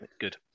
Good